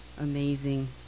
amazing